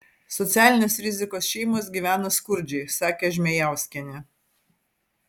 socialinės rizikos šeimos gyvena skurdžiai sakė žmėjauskienė